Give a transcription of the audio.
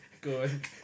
good